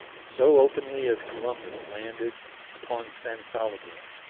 so openly as columbus landed upon san salvador,